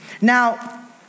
Now